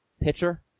pitcher